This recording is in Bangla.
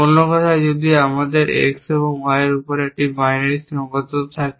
অন্য কথায় যদি আমাদের X এবং Y এর উপরে একটি বাইনারি সীমাবদ্ধতা থাকে